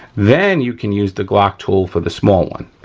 then you can use the glock tool for the small one.